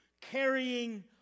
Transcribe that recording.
carrying